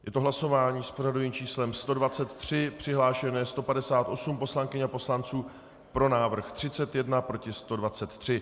Je to hlasování s pořadovým číslem 123, přihlášeno je 158 poslankyň a poslanců, pro návrh 31, proti 123.